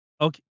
Okay